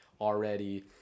already